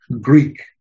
Greek